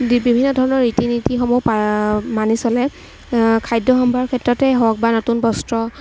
বিভিন্ন ধৰণৰ ৰীতি নীতিসমূহ মানি চলে খাদ্য সম্ভাৰৰ ক্ষেত্ৰতে হওক বা নতুন বস্ত্ৰ